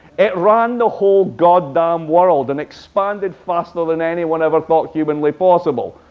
it ran the hold goddamn world and expanded faster than anyone ever thought humanly possible.